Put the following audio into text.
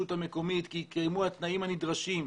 המקומית כי התקיימו התנאים הנדרשים.